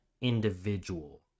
individual